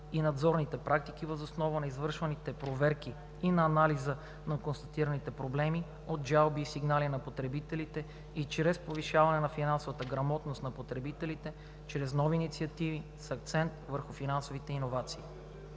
и надзорните практики въз основа на извършваните проверки и на анализа на констатираните проблеми от жалбите и сигналите на потребителите и чрез повишаване на финансовата грамотност на потребителите, чрез нови инициативи, с акцент върху финансовите иновации.